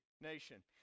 nation